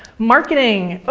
marketing. but